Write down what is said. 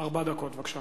ארבע דקות, בבקשה.